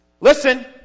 Listen